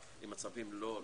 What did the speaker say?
מצבים לא קלים.